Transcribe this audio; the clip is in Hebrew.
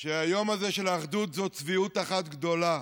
שהיום הזה של האחדות זה צביעות אחת גדולה.